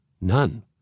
None